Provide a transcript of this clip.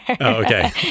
Okay